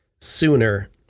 sooner